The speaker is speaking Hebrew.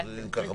כן.